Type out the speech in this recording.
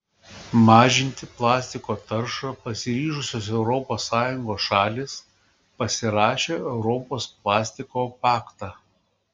mažinti plastiko taršą pasiryžusios europos sąjungos šalys pasirašė europos plastiko paktą